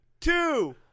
two